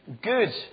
good